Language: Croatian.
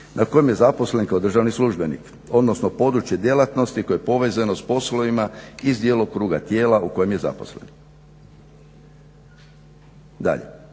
na kojem je zaposlen kao državni službenik, odnosno područje djelatnosti koje je povezano s poslovima iz djelokruga tijela u kojem je zaposlen. Dalje,